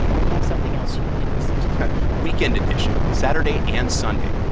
we have something else you can listen to yeah weekend edition saturday and sunday.